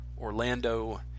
Orlando